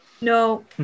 No